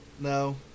No